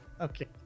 Okay